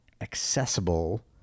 accessible